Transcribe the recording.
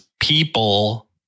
people